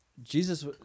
Jesus